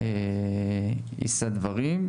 יושב ראש ועדת החינוך,